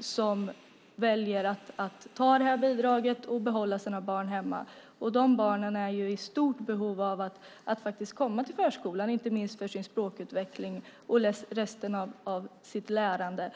som väljer att ta det och behålla sina barn hemma. De barnen är ju i stort behov av att komma till förskolan, inte minst för sin språkutveckling och resten av sitt lärande.